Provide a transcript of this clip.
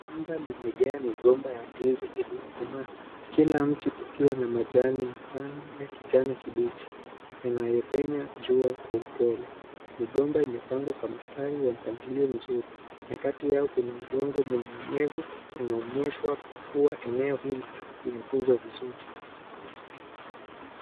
Shamba limejaa migomba ya ndizi iliyokomaa kila mti ikiwa na majani mapana ya kijani kibichi yanayopenye jua kwa upole migomba imepangwa kwa mistari wa mpangilio mzuri na kati yao kuna udingo mwenye unyevu unaonyeshwa kuwa eneo hili linatunzwa vizuri.